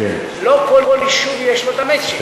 לא כל יישוב יש לו את המצ'ינג,